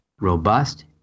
robust